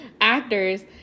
actors